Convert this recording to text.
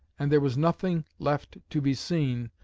and there was nothing left to be seen,